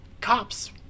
cops